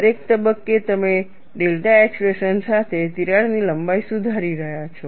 દરેક તબક્કે તમે ડેલ્ટા એક્સપ્રેશન સાથે તિરાડની લંબાઈ સુધારી રહ્યા છો